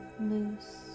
loose